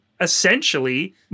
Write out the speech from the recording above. essentially